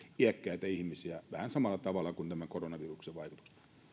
iäkkäitä ihmisiä vähän samalla tavalla kuin tämä koronaviruksen vaikutus